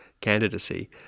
candidacy